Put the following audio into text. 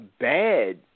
bad